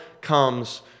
comes